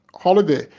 Holiday